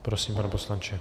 Prosím, pane poslanče.